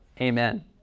Amen